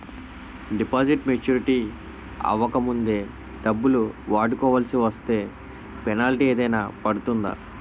Deposit maturity అవ్వక ముందే డబ్బులు వాడుకొవాల్సి వస్తే పెనాల్టీ ఏదైనా పడుతుందా?